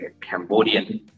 Cambodian